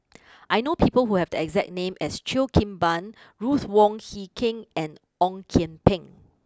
I know people who have the exact name as Cheo Kim Ban Ruth Wong Hie King and Ong Kian Peng